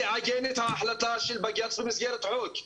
תעגן את ההחלטה של בג"צ במסגרת חוק.